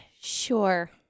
Sure